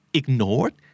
ignored